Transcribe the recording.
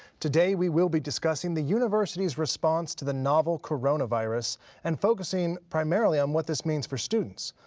today we will be discussing the university's response to the novel coronavirus and focusing primarily on what this means for students.